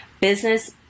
business